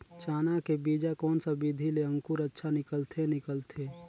चाना के बीजा कोन सा विधि ले अंकुर अच्छा निकलथे निकलथे